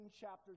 chapter